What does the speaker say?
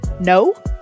No